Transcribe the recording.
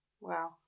Wow